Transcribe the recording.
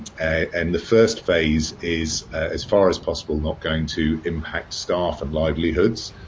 and the first phase is, as far as possible, not going to impact staff and livelihoods.